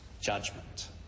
judgment